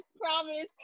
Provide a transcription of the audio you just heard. promise